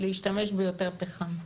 להשתמש ביותר פחם,